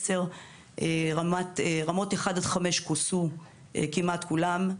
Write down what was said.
רמות 1 עד 5 כוסו כמעט כולן,